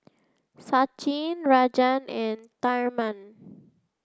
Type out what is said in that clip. Sachin Rajan and Tharman